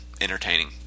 entertaining